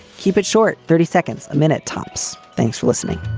keep it short. thirty seconds a minute, tops. thanks for listening